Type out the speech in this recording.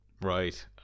Right